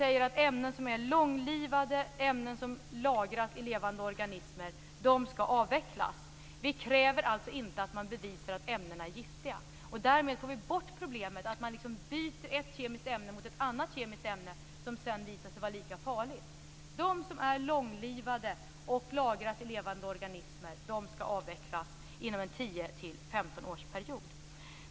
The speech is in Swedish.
Ämnen som är långlivade och som lagras i levande organismer skall avvecklas. Vi kräver alltså inte att man skall bevisa att ämnena är giftiga. Därmed får vi bort problemet att man byter ett kemiskt ämne mot ett annat som sedan visar sig vara lika farligt. De som är långlivade och lagras i levande organismer skall avvecklas inom en 10-15-årsperiod.